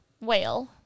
whale